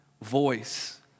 voice